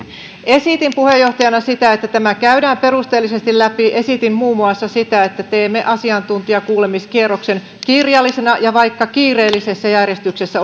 esitin puheenjohtajana sitä että tämä käydään perusteellisesti läpi esitin muun muassa sitä että teemme asiantuntijakuulemiskierroksen kirjallisena ja vaikka kiireellisessä järjestyksessä